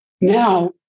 now